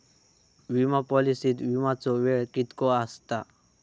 विमा पॉलिसीत विमाचो वेळ कीतको आसता?